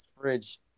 fridge